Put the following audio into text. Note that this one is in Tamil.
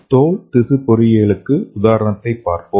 தோல் திசு பொறியியலுக்கு உதாரணத்தைப் பார்ப்போம்